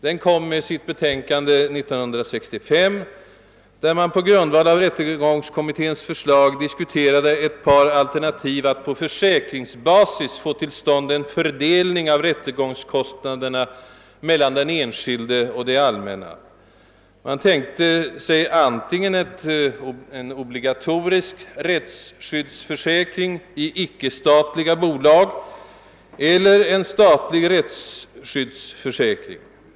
Den avgav 1965 ett betänkande, där den på grundval av rättegångskommitténs förslag diskuterade ett par alternativ att på försäkringsbasis få till stånd en fördelning av rättegångskostnaderna mellan den enskilde och det allmänna. Man tänkte sig antingen en obligatorisk rättsskyddsförsäkring i icke-statliga bolag eller en statlig rättsskyddsförsäkring.